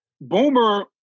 Boomer